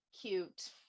cute